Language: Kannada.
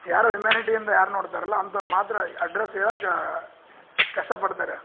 ಯಾರು ಹುಮ್ಯಾನಿಟಿಯಿಂದ ಯಾರು ನೋಡ್ತಾರಲ್ಲ ಅಂತವ್ರು ಮಾತ್ರ ಎ ಅಡ್ರೆಸ್ ಹೇಳೋಕಾ ಕಷ್ಟಪಡ್ತಾರೆ